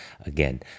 Again